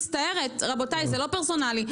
מצטערת, רבותיי זה לא פרסונלי.